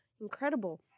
incredible